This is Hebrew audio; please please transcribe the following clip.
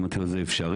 אמרתי לו זה אפשרי?